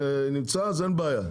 אין בעיה.